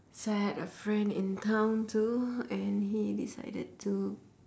so I had a friend in town too and he decided to